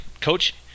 Coach